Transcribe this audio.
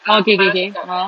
oh K K K ah